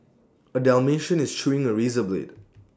A Dalmatian is chewing A razor blade